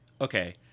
okay